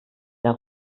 der